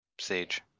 Sage